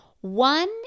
One